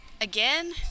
Again